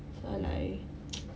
so I like